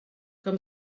com